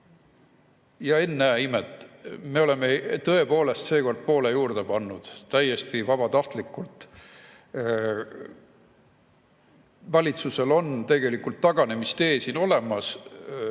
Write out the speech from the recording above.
Ennäe imet, me oleme tõepoolest seekord poole juurde pannud. Täiesti vabatahtlikult! Valitsusel on tegelikult taganemistee siin olemas.